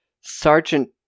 Sergeant